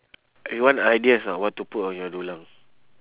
you want ideas or not what to put on your dulang